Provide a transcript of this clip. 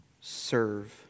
serve